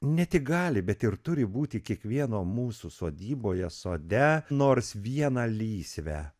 ne tik gali bet ir turi būti kiekvieno mūsų sodyboje sode nors vieną lysvę